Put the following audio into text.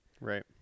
right